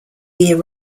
year